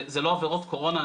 זה לא עבירות קורונה,